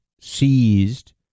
seized